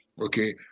okay